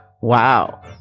Wow